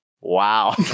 wow